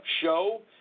show